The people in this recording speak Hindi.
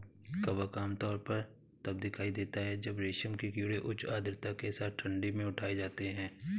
कवक आमतौर पर तब दिखाई देता है जब रेशम के कीड़े उच्च आर्द्रता के साथ ठंडी में उठाए जाते हैं